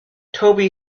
toby